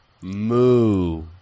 Moo